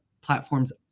platform's